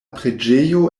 preĝejo